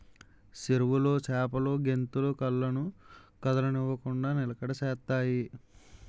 చెరువులో చేపలు గెంతులు కళ్ళను కదలనివ్వకుండ నిలకడ చేత్తాయి